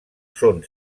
són